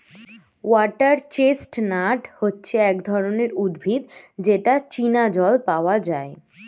water chestnut হচ্ছে এক ধরনের উদ্ভিদ যেটা চীনা জল পাওয়া যায়